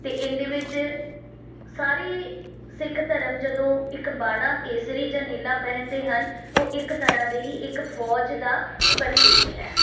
ਤੇ ਇਹਦੇ ਵਿੱਚ ਸਾਰੇ ਸਿੱਖ ਧਰਮ ਜਦੋਂ ਇੱਕ ਬਾਣਾ ਕੇਸਰੀ ਜਾਂ ਨੀਲਾ ਪਹਿਨਦੇ ਹਨ ਉਹ ਇੱਕ ਤਰ੍ਹਾਂ ਦੇ ਹੀ ਇੱਕ ਫੌਜ ਦਾ ਪ੍ਰਤੀਕ ਹੈ